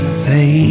say